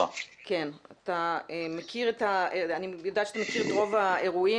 אני יודעת שאתה מכיר את רוב האירועים,